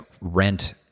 rent